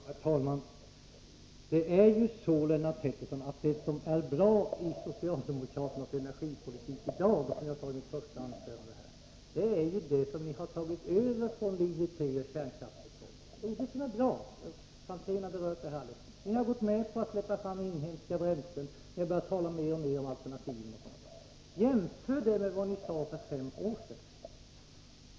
Herr talman! Som jag sade i mitt första anförande, är det som är bra i socialdemokraternas energipolitik i dag, Lennart Pettersson, det som ni har tagit över från linje 3 och kärnkraftsmotståndarna — Ivar Franzén har också berört det alldeles nyss. Ni har gått med på att släppa fram inhemska bränslen. Ni har börjat tala mer och mer om alternativ. Jämför det med vad ni sade för fem år sedan.